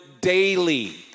daily